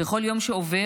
בכל יום שעובר,